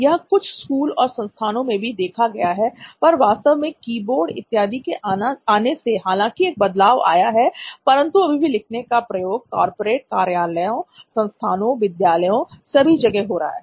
यह कुछ स्कूल और संस्थानों में भी देखा गया है पर वास्तव में कीबोर्ड इत्यादि के आने से हालांकि एक बदलाव आया है परंतु अभी भी लिखने का प्रयोग कारपोरेट कार्यालयों संस्थानों विद्यालयों सभी जगह हो रहा है